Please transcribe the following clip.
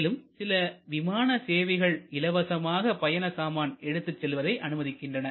மேலும் சில விமான சேவைகள் இலவசமாக பயண சாமான் எடுத்துச் செல்வதை அனுமதிக்கின்றன